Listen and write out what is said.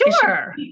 Sure